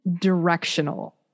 directional